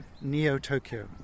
Neo-Tokyo